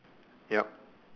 yup